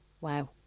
Wow